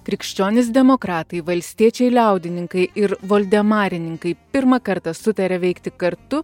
krikščionys demokratai valstiečiai liaudininkai ir voldemarininkai pirmą kartą sutaria veikti kartu